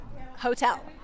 Hotel